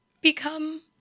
become